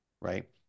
right